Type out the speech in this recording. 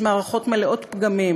יש מערכות מלאות פגמים,